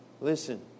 Listen